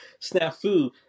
snafu